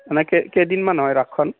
এনেই কেই কেইদিনমান হয় ৰাসখন